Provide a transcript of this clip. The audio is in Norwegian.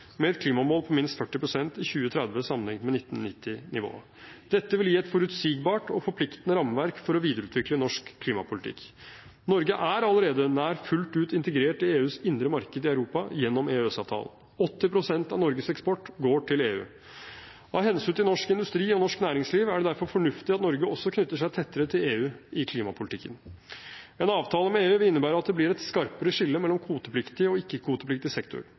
med et klimamål på minst 40 pst. i 2030 sammenlignet med 1990-nivået. Dette vil gi et forutsigbart og forpliktende rammeverk for å videreutvikle norsk klimapolitikk. Norge er allerede nær fullt ut integrert i EUs indre marked i Europa gjennom EØS-avtalen. 80 pst. av Norges eksport går til EU. Av hensyn til norsk industri og norsk næringsliv er det derfor fornuftig at Norge også knytter seg tettere til EU i klimapolitikken. En avtale med EU innebærer at det blir et skarpere skille mellom kvotepliktig og ikke-kvotepliktig sektor.